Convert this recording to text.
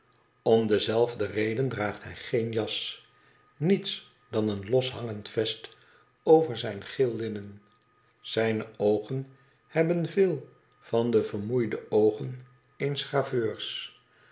om dezelfde reden draagt hij geen jas niets dan een loshangend vest over zijn geel linnen zijne oogen hebben eel van de vermoeide oogen